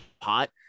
pot